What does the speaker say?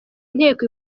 nteko